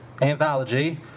Anthology